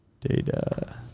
data